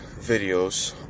videos